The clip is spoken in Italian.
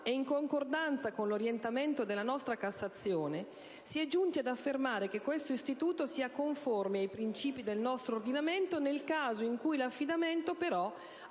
e in concordanza con l'orientamento della Cassazione, si è giunti ad affermare che questo istituto sia conforme ai princìpi del nostro ordinamento nel caso in cui l'affidamento